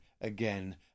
again